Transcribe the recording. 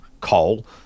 coal